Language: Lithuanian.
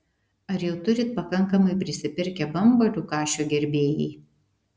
ar jau turit pakankamai prisipirkę bambalių kašio gerbėjai